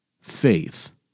faith